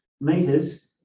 meters